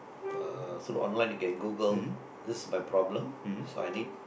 uh so online you can Google just my problem so I need